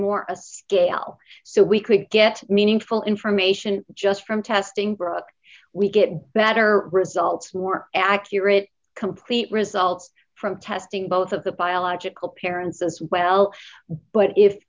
more a scale so we could get meaningful information just from testing brooke we get better results more accurate complete results from testing both of the biological parents as well but if